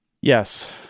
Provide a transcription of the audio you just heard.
Yes